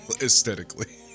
aesthetically